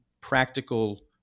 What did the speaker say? practical